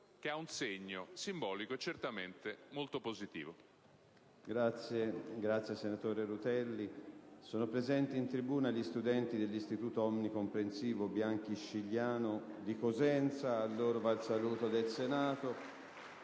che ha una valenza simbolica e certamente è molto positivo.